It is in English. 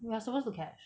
we are supposed to catch